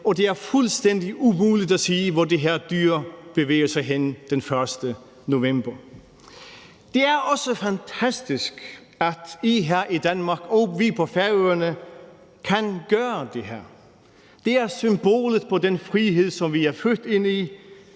og det er fuldstændig umuligt at sige, hvor det her dyr bevæger sig hen den 1. november. Kl. 21:45 Det er også fantastisk, at I her i Danmark og vi på Færøerne kan gøre det her. Det er symbolet på den frihed, som vi er født ind i,